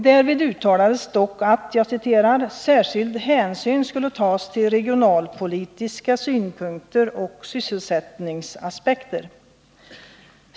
Därvid uttalades dock att särskild hänsyn skulle tas till regionalpolitiska synpunkter och sysselsättningsaspekter.